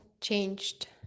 changed